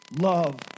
love